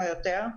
או יותר.